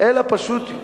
אלא פשוט,